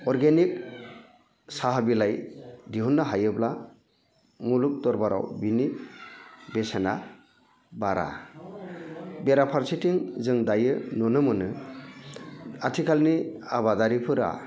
organic साहा बिलाइ दिहुननो हायोब्ला मुलुग दरबाराव बिनि बेसेना बारा बेराफारसेथिं जों दायो नुनो मोनो आथिखालनि आबादारिफोरा